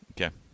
Okay